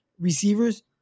receivers